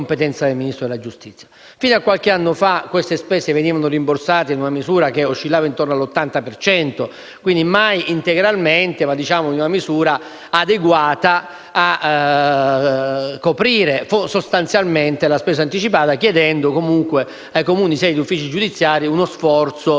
Fino a qualche anno fa, queste spese venivano rimborsate in una misura che oscillava intorno all'80 per cento, e quindi mai integralmente, ma in una misura adeguata a coprire sostanzialmente la spesa anticipata, chiedendo comunque ai Comuni sedi di uffici giudiziari uno sforzo